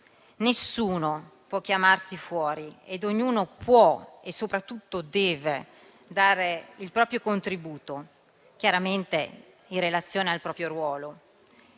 Nessuno può chiamarsi fuori ed ognuno può e soprattutto deve dare il proprio contributo, chiaramente in relazione al proprio ruolo.